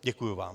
Děkuji vám.